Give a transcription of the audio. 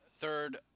third